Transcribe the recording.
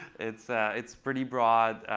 it's ah it's pretty broad.